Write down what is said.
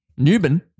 Newbin